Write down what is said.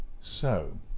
So